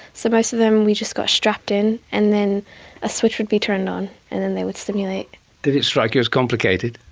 so most of them we just got strapped in and then a switch would be turned on and then they would simulate. did it strike you as complicated?